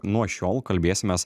nuo šiol kalbėsimės